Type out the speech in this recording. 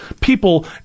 people